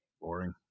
boring